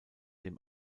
dem